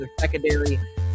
secondary